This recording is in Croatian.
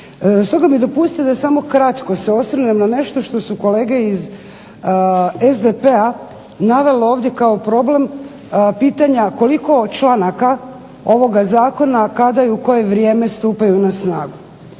Stoga mi dopustite da samo kratko se osvrnem na nešto što su kolege iz SDP-a navele ovdje kao problem, pitanja koliko članaka ovoga Zakona, kada i u koje vrijeme stupaju na snagu.